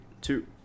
two